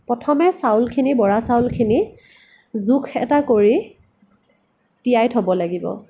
প্ৰথমে চাউলখিনি বৰা চাউলখিনি জোখ এটা কৰি তিয়াই থ'ব লাগিব